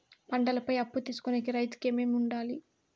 పంటల పై అప్పు తీసుకొనేకి రైతుకు ఏమేమి వుండాలి?